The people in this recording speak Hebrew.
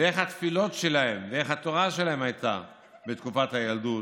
ואיך התפילות שלהם ואיך התורה שלהם הייתה בתקופת הילדות.